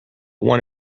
one